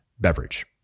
beverage